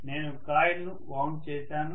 నేను కాయిల్ను వౌండ్ చేశాను